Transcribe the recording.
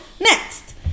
next